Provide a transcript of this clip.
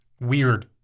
weird